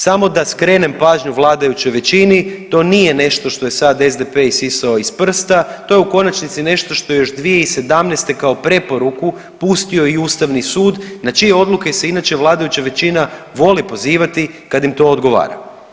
Samo da skrenem pažnju vladajućoj većini, to nije nešto što je sad SDP isisao iz prsta, to je u konačnici nešto što je još 2017. kao preporuku pustio i Ustavni sud na čije odluke se inače vladajuća većina voli pozivati kad im to odgovara.